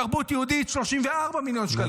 תרבות יהודית, 34 מיליון שקלים.